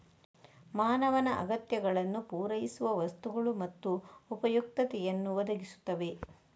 ಮಾನವನ ಅಗತ್ಯಗಳನ್ನು ಪೂರೈಸುವ ವಸ್ತುಗಳು ಮತ್ತು ಉಪಯುಕ್ತತೆಯನ್ನು ಒದಗಿಸುತ್ತವೆ